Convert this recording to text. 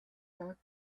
pas